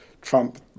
Trump